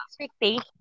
Expectation